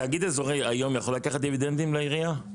תאגיד אזורי היום יכול לקחת דיבידנדים לעירייה?